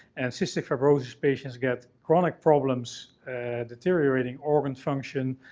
and cystic fibrosis patients get chronic problems deteriorating organ function,